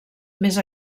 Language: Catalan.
més